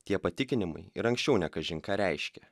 tie patikinimai ir anksčiau ne kažin ką reiškė